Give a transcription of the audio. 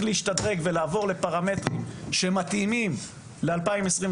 להשתדרג ולעבור לפרמטרים שמתאימים ל-2022,